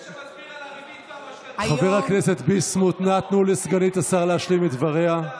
זה שמסביר על הריבית והמשכנתאות, לא ציפינו שתבין.